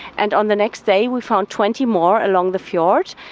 and on the next day we found twenty more along the fjord.